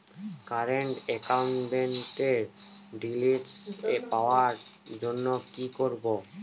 Current একাউন্টের details পাওয়ার জন্য কি করব?